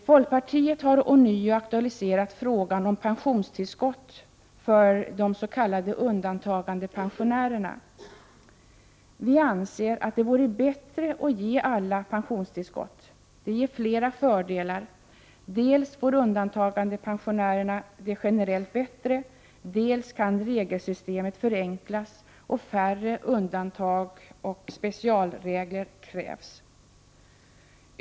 Folkpartiet har ånyo aktualiserat frågan om pensionstillskott för de s.k. undantagandepensionärerna. Vi anser att det vore bättre att ge alla pensionstillskott. Det ger flera fördelar — dels får undantagandepensionärerna det generellt bättre, dels kan regelsystemet förenklas, och färre undantag och specialregler krävs.